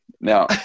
Now